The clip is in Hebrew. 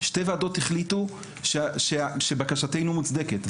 שתי ועדות החליטו שבקשתנו מוצדקת,